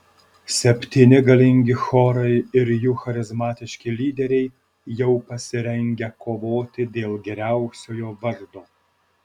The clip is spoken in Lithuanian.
septyni galingi chorai ir jų charizmatiški lyderiai jau pasirengę kovoti dėl geriausiojo vardo